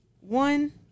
One